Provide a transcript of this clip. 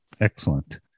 Excellent